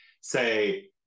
say